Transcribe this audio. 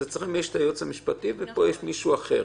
אצלכם יש את היועץ המשפטי, פה יש מישהו אחר.